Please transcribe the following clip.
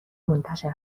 منتشر